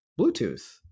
Bluetooth